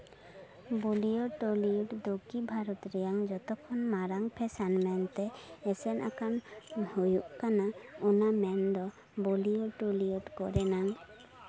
Bollywood Tollywood ᱫᱚᱠᱠᱷᱤᱱ ᱵᱷᱟᱨᱚᱛ ᱨᱮᱭᱟᱜ ᱡᱚᱛᱚ ᱠᱷᱚᱱ ᱢᱟᱨᱟᱝ ᱯᱷᱮᱥᱮᱱ ᱢᱮᱱᱛᱮ ᱯᱷᱮᱥᱮᱱ ᱟᱠᱟᱱ ᱦᱩᱭᱩᱜ ᱠᱟᱱᱟ ᱚᱱᱟ ᱢᱮᱱᱫᱚ ᱵᱚᱞᱤᱣᱩᱰ ᱴᱚᱞᱤᱣᱩᱰ ᱠᱚᱨᱮᱱᱟᱝ